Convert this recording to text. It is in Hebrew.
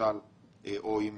איך